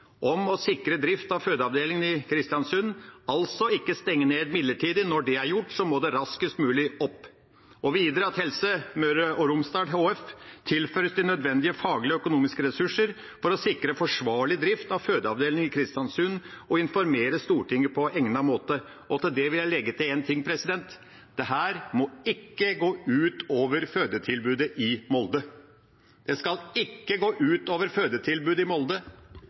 om å sikre drift av fødeavdelingen i Kristiansund, altså ikke stenge ned midlertidig. Når det er gjort, må den raskest mulig opp. Videre må Helse Møre og Romsdal HF tilføres nødvendige faglige og økonomiske ressurser for å sikre forsvarlig drift av fødeavdelingen i Kristiansund og informere Stortinget på egnet måte. Til det vil jeg legge til én ting: Dette må ikke gå ut over fødetilbudet i Molde. Det skal ikke gå ut over fødetilbudet i Molde.